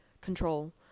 control